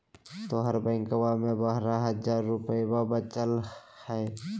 तोहर बैंकवा मे बारह हज़ार रूपयवा वचल हवब